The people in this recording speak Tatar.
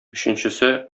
өченчесе